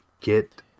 get